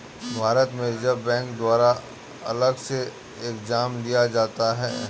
भारत में Reserve Bank द्वारा अलग से एग्जाम लिया जाता है